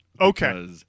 Okay